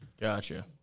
Gotcha